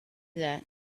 that